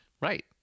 Right